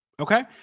Okay